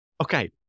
Okay